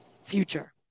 Future